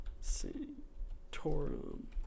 Sanctorum